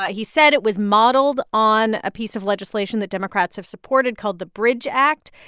ah he said it was modeled on a piece of legislation that democrats have supported called the bridge act.